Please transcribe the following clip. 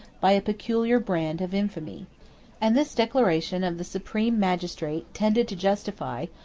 by a peculiar brand of infamy and this declaration of the supreme magistrate tended to justify,